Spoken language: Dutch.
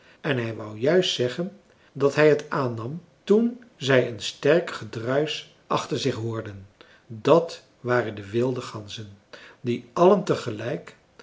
en hij wou juist zeggen dat hij het aannam toen zij een sterk gedruisch achter zich hoorden dat waren de wilde ganzen die allen